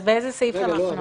אז באיזה סעיף אנחנו?